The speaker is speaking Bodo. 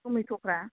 थमेथ'फ्रा